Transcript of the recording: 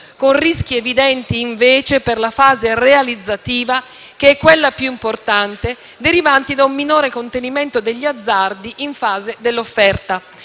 con rischi evidenti, invece, per la fase realizzativa, che è quella più importante, derivanti da un minore contenimento degli azzardi in fase di offerta.